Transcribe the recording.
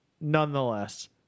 nonetheless